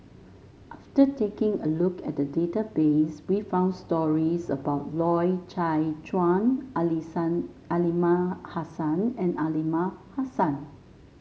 after taking a look at database we found stories about Loy Chye Chuan Aliman Hassan and Aliman Hassan